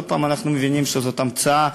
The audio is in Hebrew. עוד הפעם, אנחנו מבינים שזאת המצאה.